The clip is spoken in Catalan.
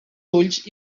ulls